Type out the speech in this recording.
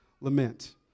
lament